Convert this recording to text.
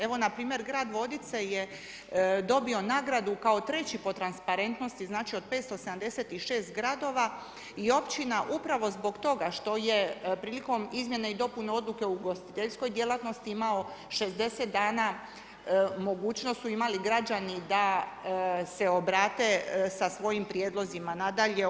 Evo, grad Vodice je dobio nagradu kao treći po transparentnosti, znači od 576 gradova i općina upravo zbog toga što je prilikom izmjene i dopune odluke u ugostiteljskoj djelatnosti, imao 60 dana mogućnost su imali građani da se obrate sa svojim prijedlozima nadalje.